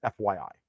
FYI